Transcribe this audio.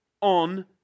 on